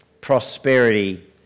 prosperity